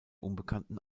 unbekannten